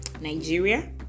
Nigeria